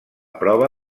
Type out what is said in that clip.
prova